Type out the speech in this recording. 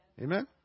Amen